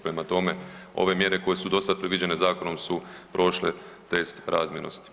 Prema tome, ove mjere koje su dosada predviđene zakonom su prošle test razmjernosti.